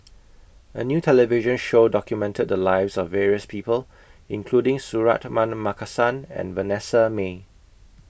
A New television Show documented The Lives of various People including Suratman Markasan and Vanessa Mae